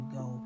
go